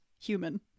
human